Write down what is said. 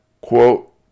quote